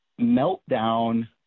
meltdown –